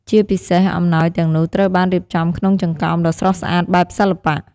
ជាពិសេស អំណោយទាំងនោះត្រូវបានរៀបចំក្នុងចង្កោមដ៏ស្រស់ស្អាតបែបសិល្បៈ។